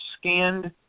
scanned